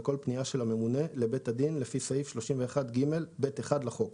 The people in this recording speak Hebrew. וכל פניה של הממונה לבית הדין לפי סעיף 31ג(ב1) לחוק.